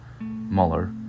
Mueller